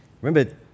remember